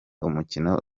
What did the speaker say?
umukino